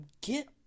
get